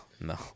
no